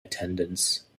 attendance